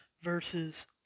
versus